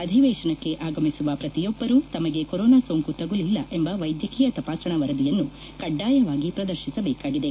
ಅಧಿವೇಶನಕ್ಕೆ ಆಗಮಿಸುವ ಪ್ರತಿಯೊಬ್ಬರು ತಮಗೆ ಕೊರೋನಾ ಸೋಂಕು ತಗುಲಿಲ್ಲ ಎಂಬ ವೈದ್ಯಕೀಯ ತಪಾಸಣಾ ವರದಿಯನ್ನು ಕಡ್ಡಾಯವಾಗಿ ಪ್ರದರ್ಶಿಸಬೇಕಾಗಿದೆ